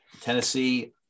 Tennessee